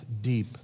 deep